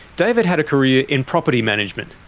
david had a career in property management,